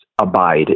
abide